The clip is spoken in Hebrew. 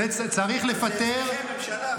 זה אצלכם, ממשלה.